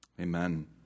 Amen